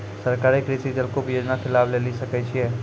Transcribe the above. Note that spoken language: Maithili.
सरकारी कृषि जलकूप योजना के लाभ लेली सकै छिए?